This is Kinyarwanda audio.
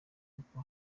kuko